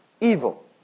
evil